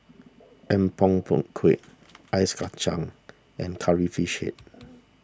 Apom Berkuah Ice Kachang and Curry Fish Head